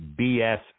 bs